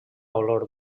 olor